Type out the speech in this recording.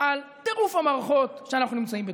על טירוף המערכות שאנחנו נמצאים בתוכו.